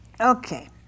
Okay